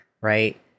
right